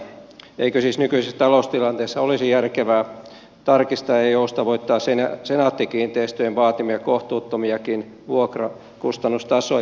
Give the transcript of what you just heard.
eikö siis nykyisessä taloustilanteessa olisi järkevää tarkistaa ja joustavoittaa senaatti kiinteistöjen vaatimia kohtuuttomiakin vuokrakustannustasoja